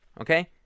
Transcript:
okay